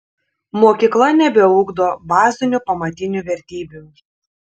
mokykla nebeugdo bazinių pamatinių vertybių